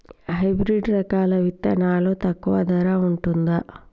Hybrid రకాల విత్తనాలు తక్కువ ధర ఉంటుందా?